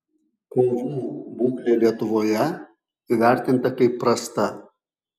kovų būklė lietuvoje įvertinta kaip prasta